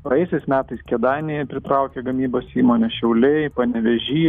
praėjusiais metais kėdainiai pritraukė gamybos įmonę šiauliai panevėžy